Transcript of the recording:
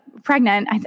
Pregnant